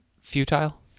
futile